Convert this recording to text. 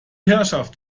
herrschaft